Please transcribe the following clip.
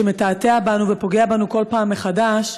שמתעתע בנו ופוגע בנו כל פעם מחדש,